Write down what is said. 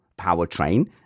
powertrain